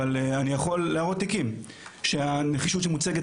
אבל אני יכול להראות תיקים שהנחישות שמוצגת